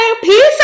peace